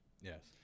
Yes